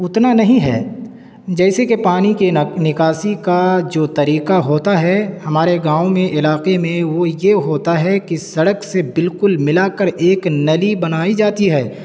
اتنا نہیں ہے جیسے کہ پانی کی نکاسی کا جو طریقہ ہوتا ہے ہمارے گاؤں میں علاقے میں وہ یہ ہوتا ہے کہ سڑک سے بالکل ملا کر ایک نلی بنائی جاتی ہے